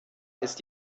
ist